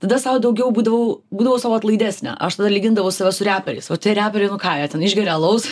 tada sau daugiau būdavau būdavau sau atlaidesnė aš tada lygindavau save su reperiais o tie reperiai nu ką jie ten išgeria alaus